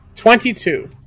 Twenty-two